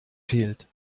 fehlt